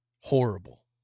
horrible